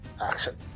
action